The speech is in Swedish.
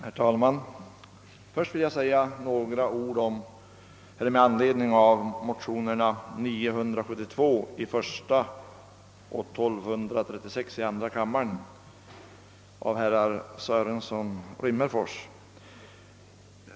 Herr talman! Först vill jag säga några ord med anledning av motionerna 1: 974 av herr Sörenson och II: 1236 av herr Rimmerfors.